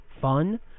fun